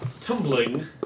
tumbling